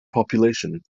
population